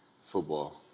football